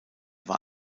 war